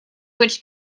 which